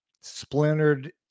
splintered